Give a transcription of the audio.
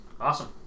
Awesome